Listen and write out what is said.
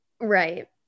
Right